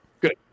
Good